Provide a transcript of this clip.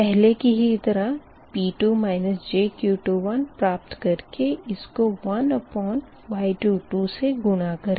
पहले की ही तरह P2 jQ21 प्राप्त कर के इस को 1Y22 से गुणा करें